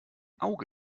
auge